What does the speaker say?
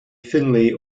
findlay